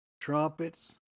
trumpets